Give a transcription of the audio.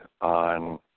on